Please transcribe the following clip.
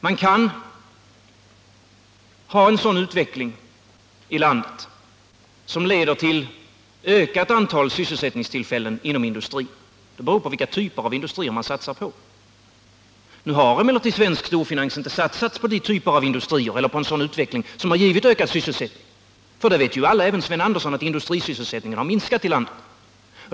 Man kan satsa på en utveckling som leder till ökat antal sysselsättningstillfällen inom industrin — det beror på vilka typer av industrier man satsar på. Svensk storfinans har emellertid inte satsat på de typer av industrier eller på en sådan utveckling som givit ökad sysselsättning. Vi vet ju alla, även Sven Andersson, att industrisysselsättningen har minskat i landet.